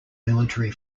military